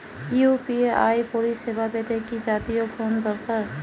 UPI পরিসেবা পেতে কি জাতীয় ফোন দরকার?